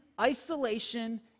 isolation